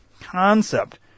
concept